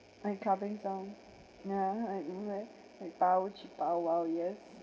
my covering song ya it's like and yes